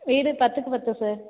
இது பத்துக்கு பத்து சார்